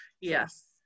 yes